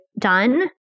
done